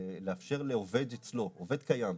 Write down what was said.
לאפשר לעובד אצלו, עובד קיים,